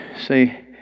say